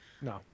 No